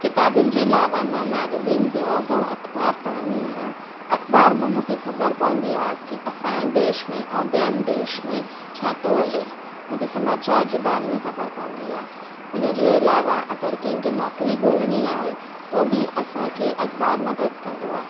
किताबुनि जे अलावा मां मैगजीन ब्लॉग ऐं अख़बार पढ़ंदी आहियां अख़बार में मूंखे ख़बर पवंदी आहे की असांजे देश में ऐं ॿियनि देश में छा थो हले मूंखे समाचार जे बारे में ख़बर पवंदी आहे हुनजे अलावा अगरि कंहिंखे नौकिरी घोलणी आहे हो बि असांखे अख़बार मां मदद कंदो आहे